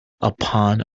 upon